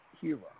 hero